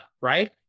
right